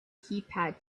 keypad